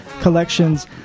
collections